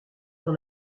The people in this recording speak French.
dans